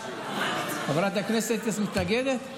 חברת הכנסת יסמין, את מתנגדת?